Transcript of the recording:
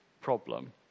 problem